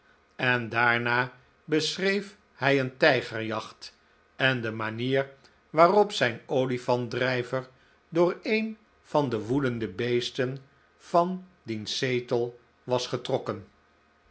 en daarna beschreef hij een tijgerjacht en de manier waarop zijn olifantdrijver door een van de woedende beesten van diens zetel was getrokken